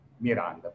Miranda